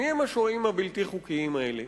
מי הם השוהים הבלתי-חוקיים האלה?